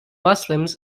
muslims